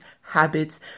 habits